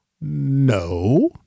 No